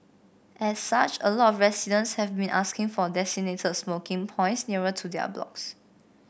as such a lot of residents have been asking for designated smoking points nearer to their blocks